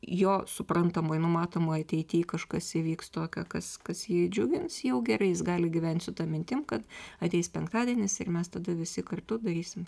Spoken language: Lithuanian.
jo suprantamoj numatomoj ateity kažkas įvyks tokio kas kas jį džiugins jau gerai jis gali gyvent su ta mintim kad ateis penktadienis ir mes tada visi kartu darysim